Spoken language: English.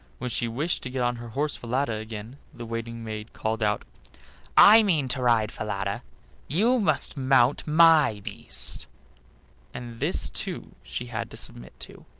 when she wished to get on her horse falada again, the waiting-maid called out i mean to ride falada you must mount my beast and this too she had to submit to.